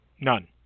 None